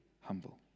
humble